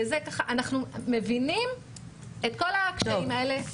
אנחנו מבינים את כל הקשיים האלה.